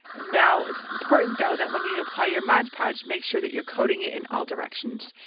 now, it's important, though, that when you apply your mod podge, make sure that you're coating it in all directions.